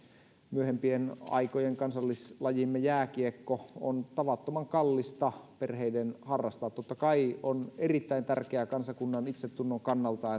myöhempien aikojen kansallislajimme jääkiekko on tavattoman kallista perheiden harrastaa totta kai on erittäin tärkeää kansakunnan itsetunnon kannalta